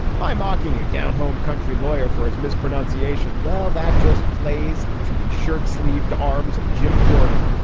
my mocking a down-home country lawyer for his mispronunciation. well, that just plays into the shirtsleeve the arms of jim jordan,